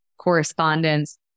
correspondence